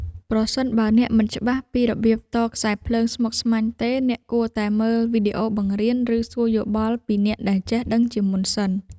ប្រសិនបើអ្នកមិនច្បាស់ពីរបៀបតខ្សែភ្លើងស្មុគស្មាញទេ អ្នកគួរតែមើលវីដេអូបង្រៀន ឬសួរយោបល់ពីអ្នកដែលចេះដឹងជាមុនសិន។